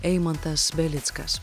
eimantas belickas